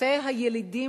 מעשה הילידים,